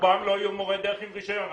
רובם לא יהיו מורי דרך עם רישיון,